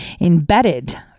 embedded